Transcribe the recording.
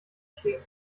stehen